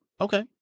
Okay